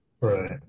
Right